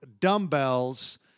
dumbbells